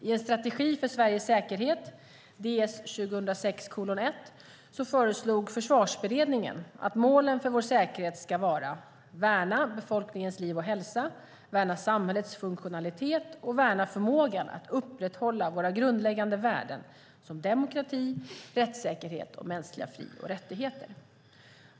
I En strategi för Sveriges säkerhet föreslog Försvarsberedningen att målen för vår säkerhet ska vara följande: värna befolkningens liv och hälsa, värna samhällets funktionalitet och värna förmågan att upprätthålla våra grundläggande värden som demokrati, rättssäkerhet och mänskliga fri och rättigheter.